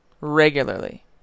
Regularly